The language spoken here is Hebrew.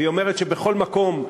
היא אומרת שבכל מקום,